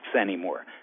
anymore